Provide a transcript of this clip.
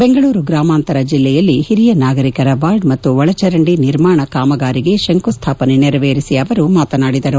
ಬೆಂಗಳೂರು ಗ್ರಾಮಾಂತರ ಜಿಲ್ಲೆಯಲ್ಲಿ ಹಿರಿಯ ನಾಗರಿಕರ ವಾರ್ಡ್ ಮತ್ತು ಒಳಚರಂಡಿ ನಿರ್ಮಾಣ ಕಾಮಗಾರಿಗೆ ಶಂಕುಸ್ನಾಪನೆ ನೆರವೇರಿಸಿ ಅವರು ಮಾತನಾಡಿದರು